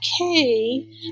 okay